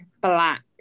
black